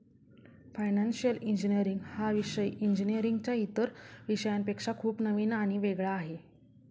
financial engineering हा विषय इंजिनीअरिंगच्या इतर विषयांपेक्षा खूप नवीन आणि वेगळा आहे